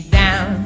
down